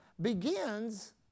begins